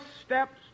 steps